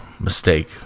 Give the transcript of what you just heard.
Mistake